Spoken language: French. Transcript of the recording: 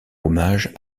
hommage